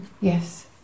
Yes